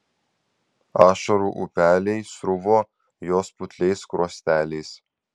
ašarų upeliai sruvo jos putliais skruosteliais